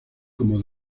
como